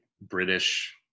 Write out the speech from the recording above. British